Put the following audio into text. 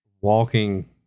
walking